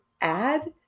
add